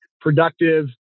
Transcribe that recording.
productive